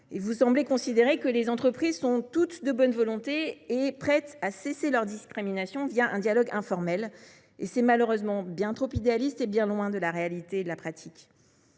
Vous semblez considérer que les entreprises sont toutes de bonne volonté et prêtes à cesser leurs discriminations un dialogue informel… C’est malheureusement bien trop idéaliste et éloigné de la réalité et de la pratique